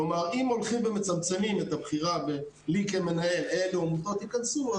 כלומר אם הולכים ומצמצמים את הבחירה שלי כמנהל אילו עמותות יכנסו,